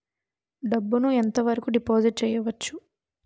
డబ్బు ను ఎంత వరకు డిపాజిట్ చేయవచ్చు?